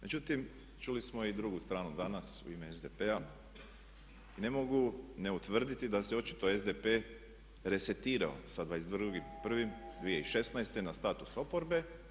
Međutim, čuli smo i drugu stranu danas u ime SDP-a i ne mogu ne utvrditi da se očito SDP resetirao sa 22.1.20156. na status oporbe.